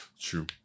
true